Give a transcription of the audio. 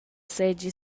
seigi